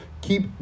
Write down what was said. keep